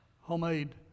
homemade